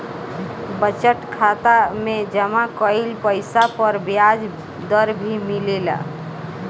budget खाता में जमा कइल पइसा पर ब्याज दर भी मिलेला